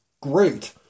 great